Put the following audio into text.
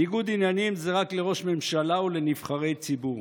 ניגוד עניינים זה רק לראש ממשלה ולנבחרי ציבור.